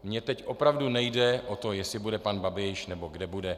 Mně teď opravdu nejde o to, jestli bude pan Babiš, nebo kde bude.